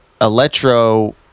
electro